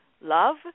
Love